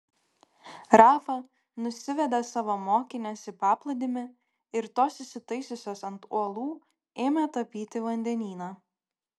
rafa nusivedė savo mokines į paplūdimį ir tos įsitaisiusios ant uolų ėmė tapyti vandenyną